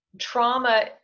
Trauma